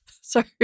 sorry